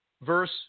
verse